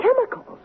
chemicals